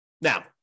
Now